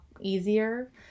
easier